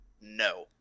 no